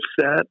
set